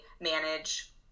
manage